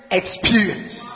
experience